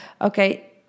okay